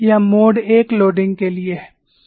यह mode I भार के लिए है